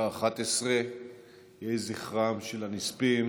יהי זכרם של הנספים